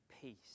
peace